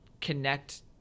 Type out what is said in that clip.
connect